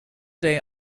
day